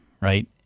right